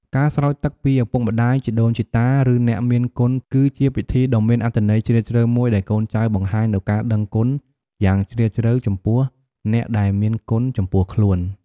ការស្រោចទឹកពីឪពុកម្ដាយ ជីដូនជីតា ឬអ្នកមានគុណគឺជាពិធីដ៏មានអត្ថន័យជ្រាលជ្រៅមួយដែលកូនចៅបង្ហាញនូវការដឹងគុណយ៉ាងជ្រាលជ្រៅចំពោះអ្នកដែលមានគុណចំពោះខ្លួន។